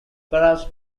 perhaps